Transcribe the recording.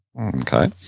okay